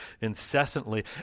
incessantly